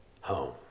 home